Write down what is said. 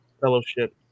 Fellowship